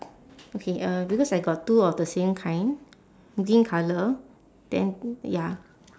okay uh because I got two of the same kind green colour then ya